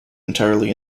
entirely